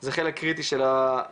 זה חלק קריטי של העניין.